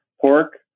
pork